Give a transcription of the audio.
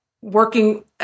working